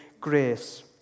grace